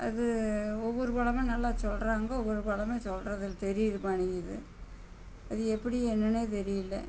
அது ஒவ்வொரு கொலமும் நல்லா சொல்கிறாங்க ஒவ்வொரு கொலமும் சொல்கிறது தெரிகிற மாட்டேங்கிறது அது எப்படி என்னென்னே தெரியல